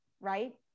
right